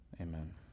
Amen